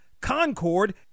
Concord